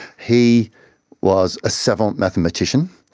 he was a savant mathematician,